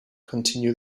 continue